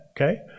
okay